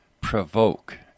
provoke